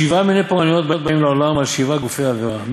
שבעה מיני פורענויות באים לעולם על שבעה גופי עבירה: